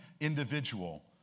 individual